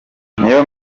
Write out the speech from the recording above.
n’iyo